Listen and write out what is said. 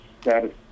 status